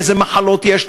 איזה מחלות יש לו,